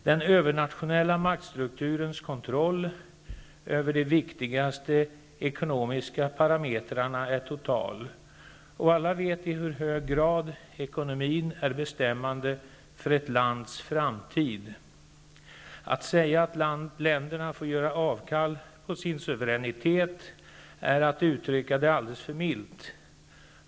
Den övernationella maktstrukturens kontroll över de viktigaste ekonomiska parametrarna är total, och alla vet i hur hög grad ekonomin är bestämmande för ett lands framtid. Att säga att länderna får ''göra avkall på sin suveränitet'' är att uttrycka det alldeles för milt.